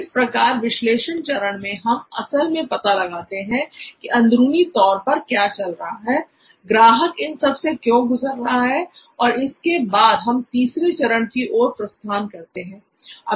इस प्रकार विश्लेषण चरण में हम असल में पता लगाते हैं की अंदरूनी तौर पर क्या चल रहा है ग्राहक इस सब से क्यों गुजर रहा है और इसके बाद हम तीसरे चरण की ओर प्रस्थान करते हैं